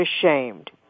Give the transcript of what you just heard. ashamed